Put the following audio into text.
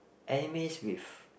animes with